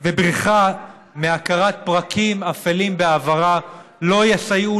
ובריחה מהכרת פרקים אפלים בעברה לא יסייעו